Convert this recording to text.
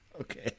Okay